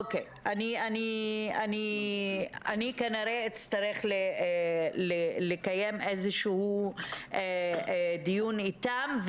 אני כנראה אצטרך לקיים איזשהו דיון איתם.